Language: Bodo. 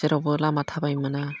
जेरावबो लामा थाबायनो मोना